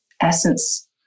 essence